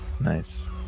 Nice